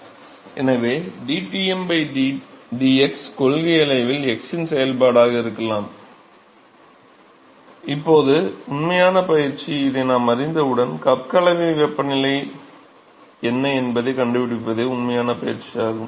எனவேdTm dx கொள்கையளவில் x இன் செயல்பாடாக இருக்கலாம்இப்போது உண்மையான பயிற்சி இதை நாம் அறிந்தவுடன் கப் கலவை வெப்பநிலை என்ன என்பதைக் கண்டுபிடிப்பதே உண்மையான பயிற்சியாகும்